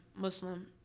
Muslim